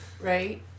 Right